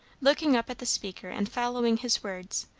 looking up at the speaker and following his words,